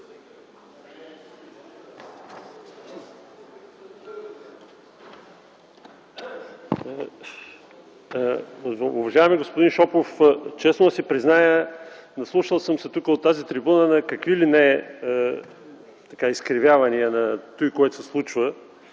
Уважаеми господин Шопов, честно да си призная, наслушал съм се от тази трибуна на какви ли не изкривявания на това, което се случва